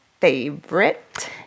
favorite